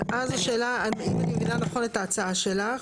אם אני מבינה נכון את ההצעה שלך,